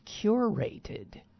curated